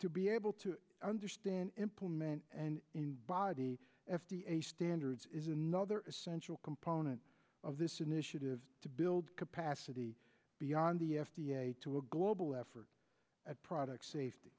to be able to understand implement and in body f d a standards is another essential component of this initiative to build capacity beyond the f d a to a global effort at product safety